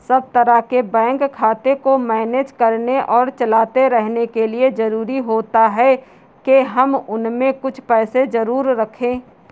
सब तरह के बैंक खाते को मैनेज करने और चलाते रहने के लिए जरुरी होता है के हम उसमें कुछ पैसे जरूर रखे